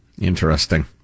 Interesting